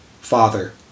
father